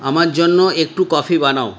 আমার জন্য একটু কফি বানাও